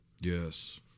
Yes